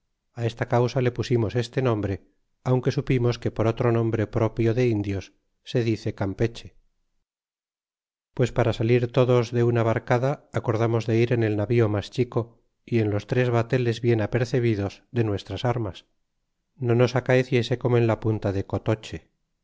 esta causa le pusimos este nombre aunque supimos que por otro nombre propio de indios se dice campeche pues para salir todos de una barcada acordamos de ir en el navío mas chico y en los tres bateles bien apercebidos de nuestras armas no nos acaeciese como en la punta de cotoche